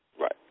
Right